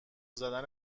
زدن